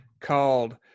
called